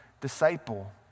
disciple